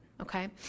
okay